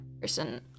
person